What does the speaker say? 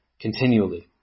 continually